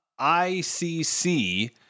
ICC